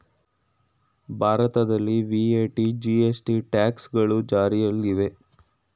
ಭಾರತದಲ್ಲಿ VAT, GST, tax ಗಳು ಜಾರಿಯಲ್ಲಿದೆ